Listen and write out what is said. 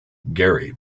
gary